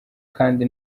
kandi